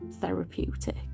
therapeutic